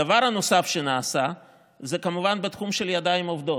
הדבר הנוסף שנעשה הוא בתחום הידיים העובדות.